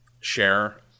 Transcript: share